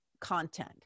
content